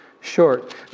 short